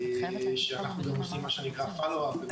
שאנחנו עושים מה שנקרא פולו-אף.